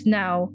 now